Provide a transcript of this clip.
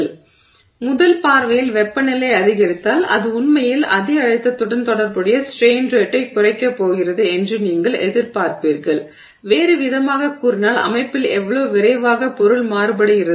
எனவே முதல் பார்வையில் வெப்பநிலை அதிகரித்தால் அது உண்மையில் அதே அழுத்தத்துடன் தொடர்புடைய ஸ்ட்ரெய்ன் ரேட்டை குறைக்கப் போகிறது என்று நீங்கள் எதிர்பார்ப்பீர்கள் வேறுவிதமாகக் கூறினால் அமைப்பில் எவ்வளவு விரைவாக பொருள் மாறுபடுகிறது